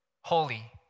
holy